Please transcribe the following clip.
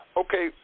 okay